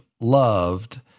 loved